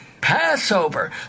Passover